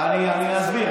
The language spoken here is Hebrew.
אני אסביר,